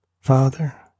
Father